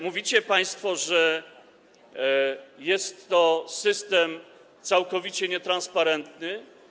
Mówicie państwo, że jest to system całkowicie nietransparentny.